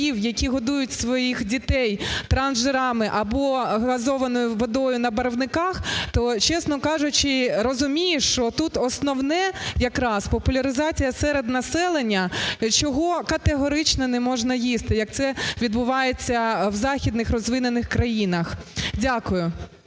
які годують своїх дітей трансжирами або газованою водою на барвниках, то, чесно кажучи, розумієш, що тут основне якраз популяризація серед населення, чого категорично не можна їсти, як це відбувається в західних розвинених країнах. Дякую.